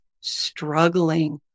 struggling